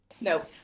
No